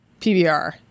PBR